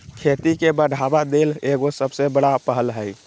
खेती के बढ़ावा देना एगो सबसे बड़ा पहल हइ